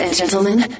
Gentlemen